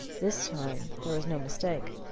this time there was no mistake.